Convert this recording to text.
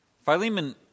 Philemon